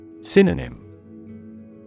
Synonym